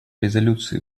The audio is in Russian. резолюции